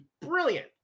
brilliant